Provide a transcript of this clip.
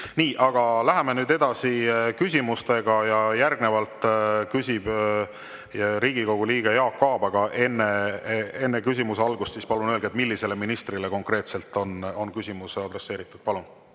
Aga läheme nüüd edasi küsimustega. Järgnevalt küsib Riigikogu liige Jaak Aab, aga enne küsimuse algust palun öelge, millisele ministrile konkreetselt on küsimus adresseeritud. Palun,